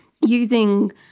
using